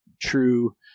true